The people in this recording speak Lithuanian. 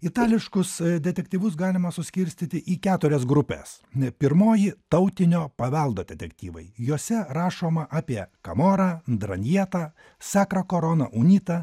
itališkus detektyvus galima suskirstyti į keturias grupes pirmoji tautinio paveldo detektyvai juose rašoma apie kamorą dranietą sakra korona unitą